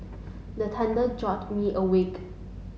the thunder jolt me awake